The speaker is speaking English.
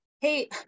hey